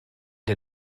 der